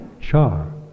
char